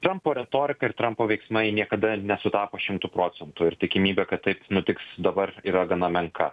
trampo retorika ir trampo veiksmai niekada nesutapo šimtu procentų ir tikimybė kad taip nutiks dabar yra gana menka